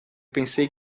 pensei